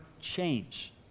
change